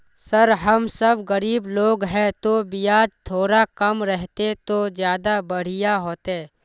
sir हम सब गरीब लोग है तो बियाज थोड़ा कम रहते तो ज्यदा बढ़िया होते